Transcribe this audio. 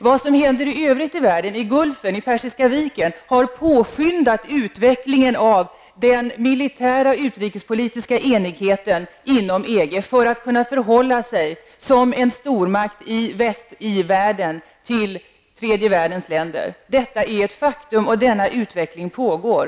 Vad som händer i övrigt i världen -- i Gulfen, i Persiska viken -- har påskyndat utvecklingen av den militära, utrikespolitiska enigheten inom EG, vilket har varit nödvändigt för att man skall kunna förhålla sig som en stormakt i västra i-världen till tredje världens länder. Detta är ett faktum, och denna utveckling pågår.